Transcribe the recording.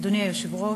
אדוני היושב-ראש,